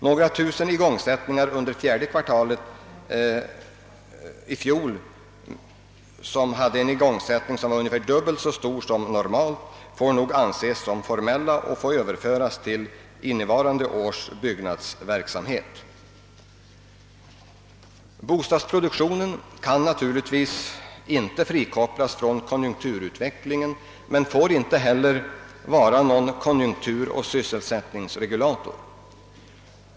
Några tusen igångsättningar under fjärde kvartalet i fjol, vilket hade en igångsättning som var ungefär dubbelt så stor som normalt, får nog anses som formella och bör överföras till innevarande års byggnadsverksamhet. Bostadsproduktionen kan naturligtvis inte frikopplas från konjunkturutvecklingen, men den får inte heller vara någon konjunkturoch sysselsättningsregulator.